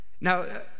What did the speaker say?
Now